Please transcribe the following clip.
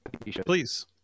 Please